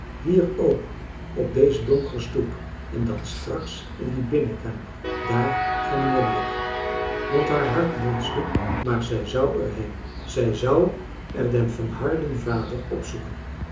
hier ook op deze donkere stoep en dan straks in die binnenkamer daar van mijnheer blik want haar hart bonsde maar zij zou er heen zij zou er den verharden vader opzoeken